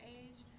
age